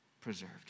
preserved